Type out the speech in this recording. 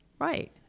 right